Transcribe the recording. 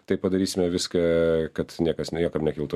tai padarysime viską kad niekas niekam nekiltų